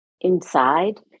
inside